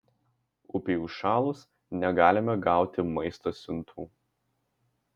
upei užšalus negalime gauti maisto siuntų